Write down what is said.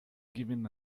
giving